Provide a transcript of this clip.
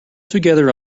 together